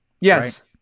Yes